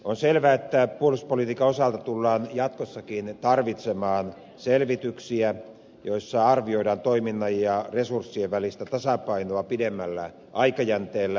on selvää että puolustuspolitiikan osalta tullaan jatkossakin tarvitsemaan selvityksiä joissa arvioidaan toiminnan ja resurssien välistä tasapainoa pidemmällä aikajänteellä